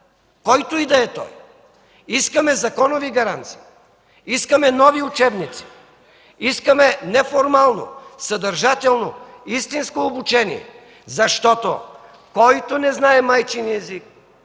който и да е той. Искаме законови гаранции! Искаме нови учебници! Искаме неформално, съдържателно, истинско обучение, защото, който не знае майчин език,